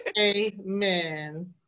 Amen